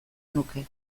nuke